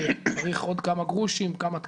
צריך עוד כמה גרושים, עוד כמה תקנים,